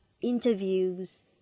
interviews